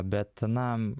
bet na